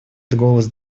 голос